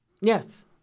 Yes